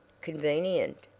convenient?